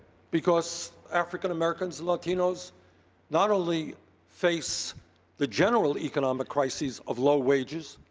because african-americans and latinos not only face the general economic crises of low wages,